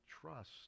trust